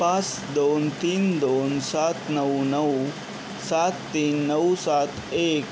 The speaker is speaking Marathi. पाच दोन तीन दोन सात नऊ नऊ सात तीन नऊ सात एक